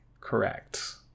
correct